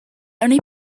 only